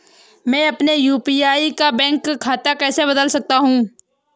मैं अपने यू.पी.आई का बैंक खाता कैसे बदल सकता हूँ?